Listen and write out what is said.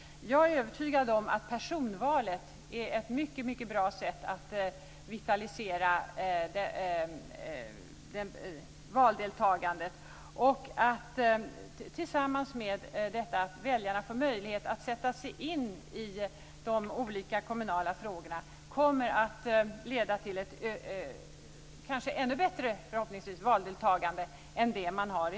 Jag är övertygad om att personvalet är ett mycket bra sätt att vitalisera valdeltagandet. Detta tillsammans med att väljarna får möjlighet att sätta sig in i de olika kommunala frågorna kommer, förhoppningsvis, att leda till ett ännu bättre valdeltagande än som i dag är fallet.